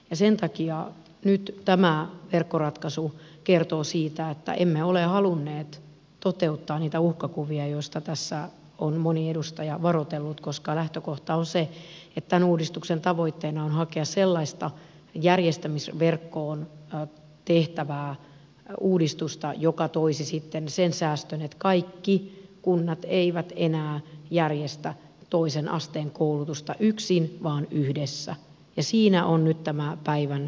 ja sen takia nyt tämä verkkoratkaisu kertoo siitä että emme ole halunneet toteuttaa niitä uhkakuvia joista tässä on moni edustaja varoitellut koska lähtökohta on se että tämän uudistuksen tavoitteena on hakea sellaista järjestämisverkkoon tehtävää uudistusta joka toisi sitten sen säästön että kaikki kunnat eivät enää järjestä toisen asteen koulutusta yksin vaan yhdessä ja siinä on nyt tämä päivän keskeisin sana